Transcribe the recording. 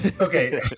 Okay